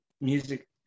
music